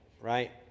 right